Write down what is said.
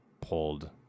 pulled